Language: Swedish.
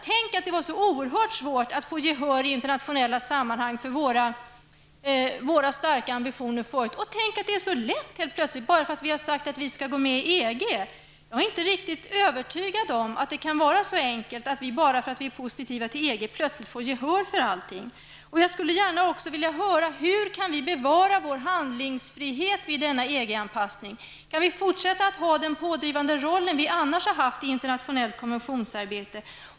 Tänk att det förut var så oerhört svårt att i internationella sammanhang få gehör för våra starka ambitioner och tänk att det helt plötsligt är så lätt bara för att vi har sagt att vi skall gå med i EG. Jag är inte riktigt övertygad om att det kan vara så enkelt att vi, bara för att vi är positiva till EG, plötsligt får gehör för allting. Jag skulle gärna vilja höra hur vi skall bevara vår handlingsfrihet vid denna EG-anpassning. Kan vi fortsätta att ha den pådrivande roll som vi annars har haft i internationellt konventionsarbete?